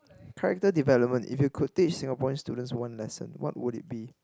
character development if you could teach Singaporean students one lesson what would it be